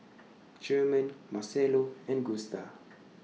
German Marcelo and Gusta